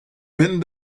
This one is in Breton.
penn